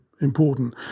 important